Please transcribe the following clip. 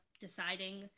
deciding